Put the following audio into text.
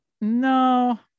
No